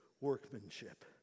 workmanship